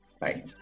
Bye